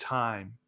time